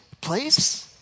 place